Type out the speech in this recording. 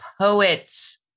poet's